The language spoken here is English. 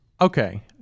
Okay